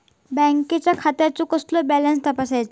बँकेच्या खात्याचो कसो बॅलन्स तपासायचो?